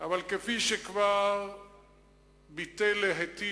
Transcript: אבל כפי שכבר היטיב